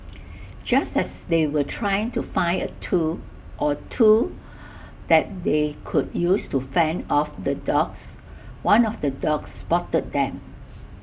just as they were trying to find A tool or two that they could use to fend off the dogs one of the dogs spotted them